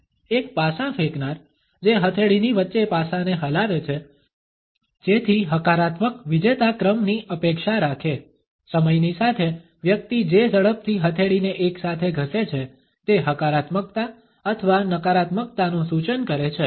એક પાસા ફેંકનાર જે હથેળીની વચ્ચે પાસાને હલાવે છે જેથી હકારાત્મક વિજેતા ક્રમની અપેક્ષા રાખે સમયની સાથે વ્યક્તિ જે ઝડપથી હથેળીને એકસાથે ઘસે છે તે હકારાત્મકતા અથવા નકારાત્મકતાનું સૂચન કરે છે